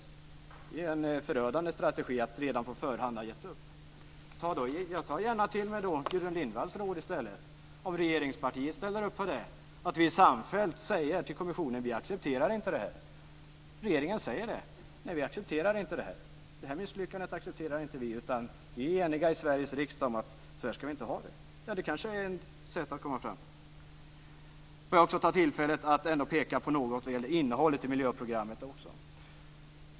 Det är ju en förödande strategi att redan på förhand ha gett upp. Jag tar gärna till mig Gudrun Lindvalls råd i stället, om regeringspartiet ställer upp på det, nämligen att vi samfällt säger till kommissionen att vi inte accepterar det här och att regeringen säger att vi inte accepterar det här. Vi accepterar inte detta misslyckande, utan vi är eniga i Sveriges riksdag om att vi inte ska ha det så här. Ja, det kanske är en väg att komma fram. Får jag också ta tillfället i akt att ändå peka på något vad gäller innehållet i miljöprogrammet också.